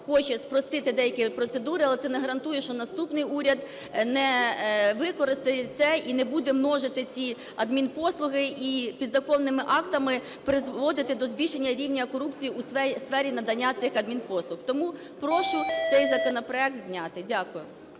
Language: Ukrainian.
хоче спростити деякі процедури, але це не гарантує те, що наступний уряд не використає це і не буде множити ці адмінпослуги, і підзаконними актами призводити до збільшення рівня корупції у сфері надання цих адмінпослуг. Тому прошу цей законопроект зняти. Дякую.